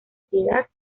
piedad